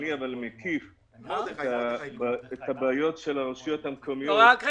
מקיף את הבעיות של הרשויות המקומיות באשר לקורונה.